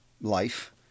life